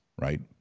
right